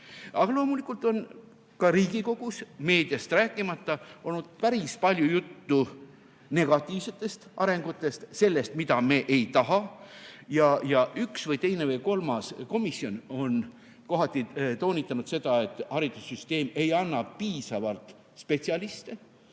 Aga loomulikult on ka Riigikogus, meediast rääkimata, olnud päris palju juttu negatiivsetest arengutest, sellest, mida me ei taha. Ja üks või teine või kolmas komisjon on vahel toonitanud seda, et haridussüsteem ei anna piisavalt spetsialiste